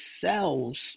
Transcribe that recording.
cells